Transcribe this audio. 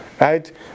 Right